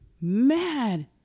mad